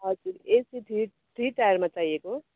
हजुर AC three three टायरमा चाहिएको